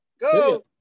go